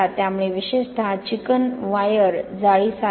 त्यामुळे विशेषतः chicken wire जाळी सारखे